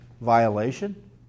violation